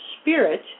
spirit